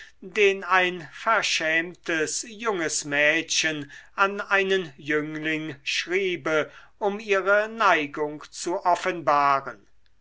den ein verschämtes junges mädchen an einen jüngling schriebe um ihre neigung zu offenbaren